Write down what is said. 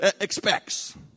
expects